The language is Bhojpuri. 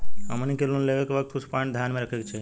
हमनी के लोन लेवे के वक्त कुछ प्वाइंट ध्यान में रखे के चाही